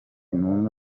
umwe